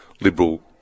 liberal